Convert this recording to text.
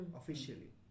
officially